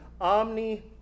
Omni